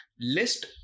List